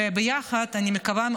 וביחד אני מקווה,